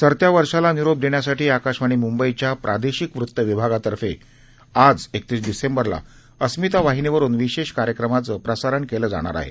सरत्या वर्षाला निरोप देण्यासाठी आकाशवाणी मुंबईच्या प्रादेशिक वृत्त विभागातर्फे आज रोजी अस्मिता वाहिनीवरून विशेष कार्यक्रमाचं प्रसारण केलं जाणार आह